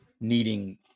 needing